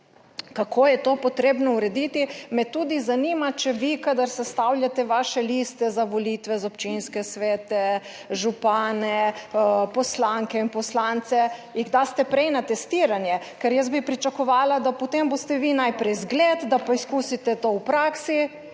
kako je to potrebno urediti, me tudi zanima, če vi, kadar sestavljate vaše liste za volitve, za občinske svete, župane, poslanke in poslance, jih, da ste prej na testiranje, ker jaz bi pričakovala, da potem boste vi najprej zgled, da poskusite to v praksi